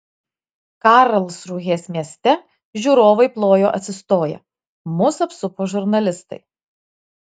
karlsrūhės mieste žiūrovai plojo atsistoję mus apsupo žurnalistai